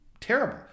terrible